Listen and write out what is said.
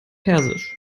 persisch